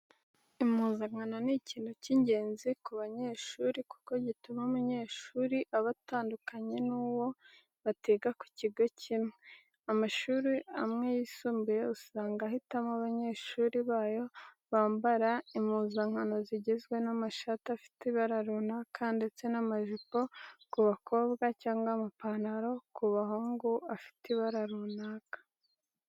Impuzankano ni ikintu cy'ingenzi ku banyeshuri kuko gituma umunyeshuri aba atandukanye n'uwo batiga ku kigo kimwe. Amashuri amwe yisumbuye usanga ahitamo ko abanyeshuri bayo bambara impuzankano zigizwe n'amashati afite ibara runaka ndetse n'amajipo ku bakobwa cyangwa amapantaro ku bahungu afite ibara runaka.